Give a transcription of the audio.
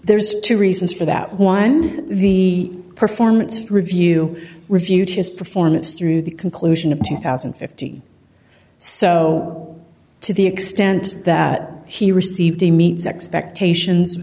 there's two reasons for that one the performance review reviewed his performance through the conclusion of two thousand and fifty so to the extent that he received he meets expectations